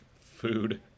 food